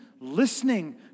listening